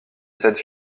cède